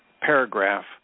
paragraph